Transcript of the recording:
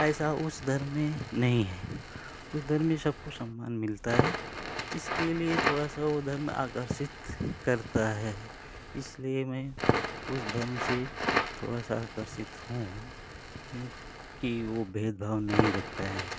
ऐसा उस धर्म में नहीं है उस धर्म में सबको सम्मान मिलता है इसके लिए थोड़ा सा वो धर्म आकर्षित करता है इसलिए मैं उस धर्म से थोड़ा सा आकर्षित हूँ क्योंकि वो भेद भाव नहीं रखता है